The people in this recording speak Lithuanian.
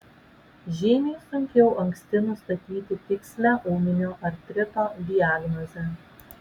žymiai sunkiau anksti nustatyti tikslią ūminio artrito diagnozę